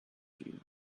you